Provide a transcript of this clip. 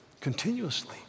continuously